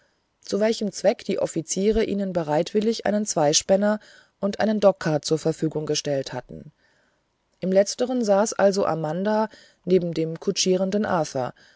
zu welchem zweck die offiziere ihnen bereitwillig einen zweispänner und einen dogcart zur verfügung gestellt hatten im letzteren saß also amanda neben dem kutschierenden